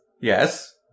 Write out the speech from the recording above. Yes